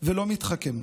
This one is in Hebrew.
ולא מתחכם.